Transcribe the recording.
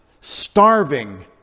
starving